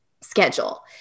schedule